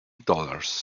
dollars